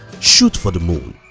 shoot for the moon.